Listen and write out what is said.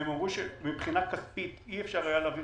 הם אמרו שמבחינה כספית אי אפשר היה להעביר